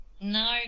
no